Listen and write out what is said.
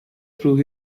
through